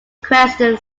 question